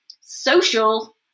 social